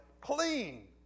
clean